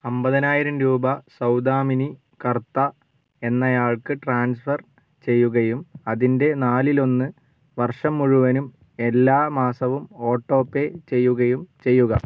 അമ്പതിനായിരം രൂപ സൗദാമിനി കർത്ത എന്നയാൾക്ക് ട്രാൻസ്ഫർ ചെയ്യുകയും അതിൻ്റെ നാലിലൊന്ന് വർഷം മുഴുവനും എല്ലാ മാസവും ഓട്ടോ പേ ചെയ്യുകയും ചെയ്യുക